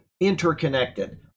interconnected